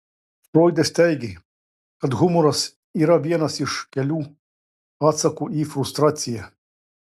froidas teigė kad humoras yra vienas iš kelių atsakų į frustraciją